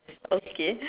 okay